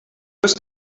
must